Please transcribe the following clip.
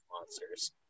monsters